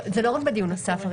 זה לא רק בדיון נוסף.